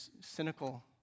cynical